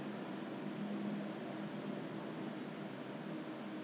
then it's effective lah then 才有效 mah otherwise 怎么知道